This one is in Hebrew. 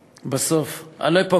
בסוף.